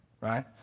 right